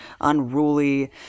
unruly